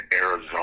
Arizona